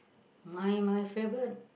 my my favourite